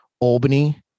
Albany